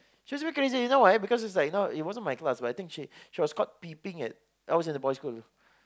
she was really crazy you know why because it's like you know it wasn't my class but I think she she was caught peeping at I was in a boys' school